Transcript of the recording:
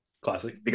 Classic